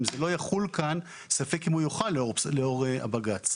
אם זה לא יחול כאן, ספק אם הוא יוכל לאור הבג"צ.